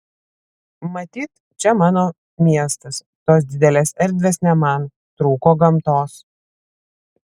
matyt čia mano miestas tos didelės erdvės ne man trūko gamtos